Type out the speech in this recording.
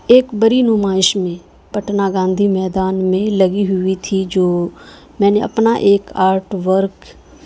ایک بڑی نمائش میں پٹنہ گاندھی میدان میں لگی ہوئی تھی جو میں نے اپنا ایک آرٹ ورک